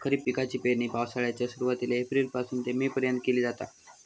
खरीप पिकाची पेरणी पावसाळ्याच्या सुरुवातीला एप्रिल पासून ते मे पर्यंत केली जाता